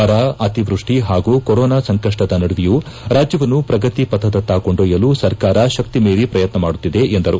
ಬರ ಅತಿವೃಷ್ಟಿ ಹಾಗೂ ಕೊರೊನಾ ಸಂಕಷ್ಟದ ನಡುವೆಯೂ ರಾಜ್ಯವನ್ನು ಪ್ರಗತಿ ಪಥದತ್ತ ಕೊಂಡೊಯ್ಲಲು ಸರ್ಕಾರ ಶಕ್ತಿಮೀರಿ ಪ್ರಯತ್ನ ಮಾಡುತ್ತಿದೆ ಎಂದರು